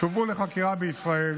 והובאו לחקירה בישראל,